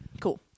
Cool